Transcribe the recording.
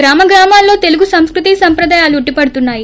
గ్రామ గ్రామాలలో తెలుగు సంస్కృతి సంప్రదాయాలు ఉట్టిపడుతున్నాయి